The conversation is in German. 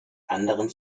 anderen